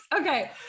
Okay